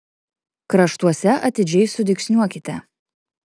kraštuose atidžiai sudygsniuokite